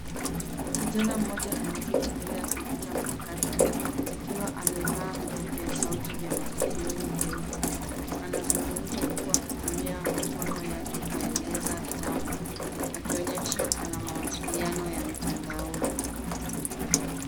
Kijana mmoja ameketi mbele ya kompyuta mpakato akiwa amevaa vipokea sauti vya masikioni vyeupe. Anazungumza huku akitumia mikono yake kueleza jambo akionyesha ana mawasiliano ya mtandaoni.